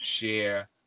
share